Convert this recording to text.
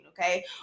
okay